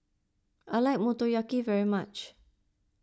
I like Motoyaki very much